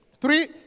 Three